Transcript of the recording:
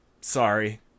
Sorry